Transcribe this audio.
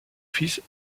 fils